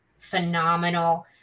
phenomenal